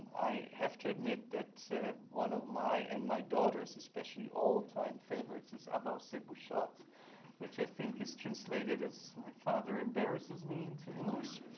i have to admit that one of my and my daughter's especially all-time favorites is abba se busho but which i think is translated as my father embarrasses me into english.